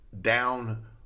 down